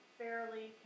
fairly